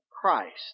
Christ